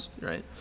right